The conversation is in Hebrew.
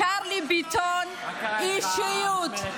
צ'רלי ביטון אישיות.